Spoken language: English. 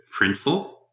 Printful